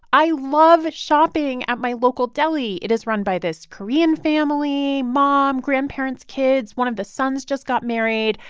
i love shopping at my local deli. it is run by this korean family mom, grandparents, kids. one of the sons just got married,